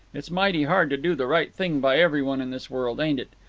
it's mighty hard to do the right thing by every one in this world, ain't it?